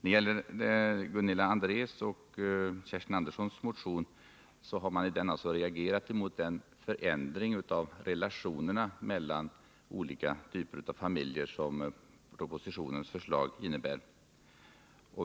I Gunilla Andrés och Kerstin Anderssons i Hjärtum motion har man reagerat mot den förändring av relationerna mellan olika typer av familjer som propositionens förslag innebär.